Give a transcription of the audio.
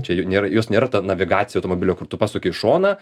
čia nėra jos nėra ta navigacija automobilio kur tu pasuki į šoną